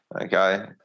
Okay